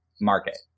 market